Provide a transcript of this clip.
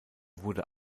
wurde